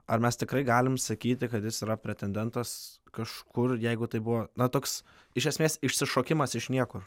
ar mes tikrai galim sakyti kad jis yra pretendentas kažkur jeigu tai buvo na toks iš esmės išsišokimas iš niekur